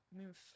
move